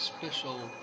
Special